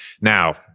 Now